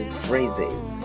phrases